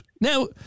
Now